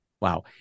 Wow